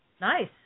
Nice